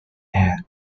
and